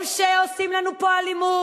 הם שעושים לנו פה אלימות.